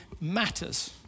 matters